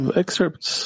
excerpts